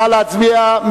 נא להצביע.